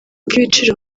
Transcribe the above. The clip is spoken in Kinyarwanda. ibiciro